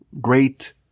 great